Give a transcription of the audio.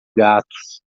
gatos